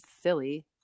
silly